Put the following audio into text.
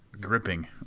gripping